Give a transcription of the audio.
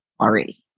already